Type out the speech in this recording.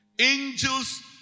Angels